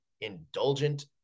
indulgent